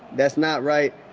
that's not right,